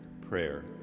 prayer